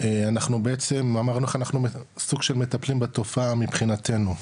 אנחנו בעצם, סוג של מטפלים בתופעה, מבחינתנו.